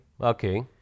Okay